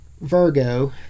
Virgo